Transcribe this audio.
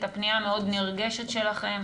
את הפנייה המאוד נרגשת שלכם